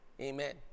Amen